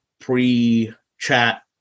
pre-chat